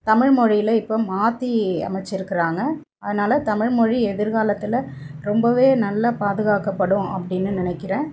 தமிழ்மொழியில் இப்போ மாற்றி அமைச்சிருக்கிறாங்க அதனால் தமிழ்மொழி எதிர்காலத்தில் ரொம்பவே நல்ல பாதுகாக்கப்படும் அப்படின்னு நினைக்கிறேன்